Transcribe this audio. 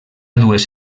dues